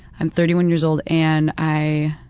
i'm thirty one years old and i,